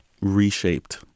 reshaped